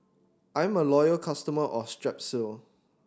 I'm a loyal customer of Strepsils